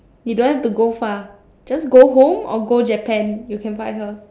you don't have to go far just go home or go Japan you can find her